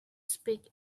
speak